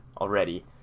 already